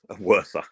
Worse